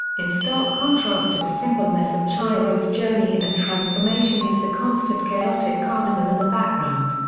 in stark contrast to the simpleness of chihiro's journey and transformation is the constant chaotic carnival in the background.